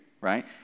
right